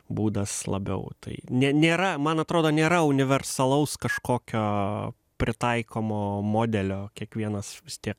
būdas labiau tai nė nėra man atrodo nėra universalaus kažkokio pritaikomo modelio kiekvienas vis tiek